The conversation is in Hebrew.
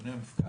אדוני המפכ"ל,